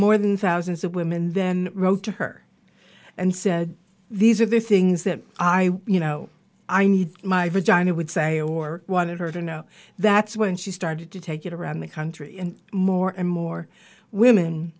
more than thousands of women then wrote to her and said these are the things that i you know i need my vagina would say or wanted her to know that's when she started to take it around the country and more and more women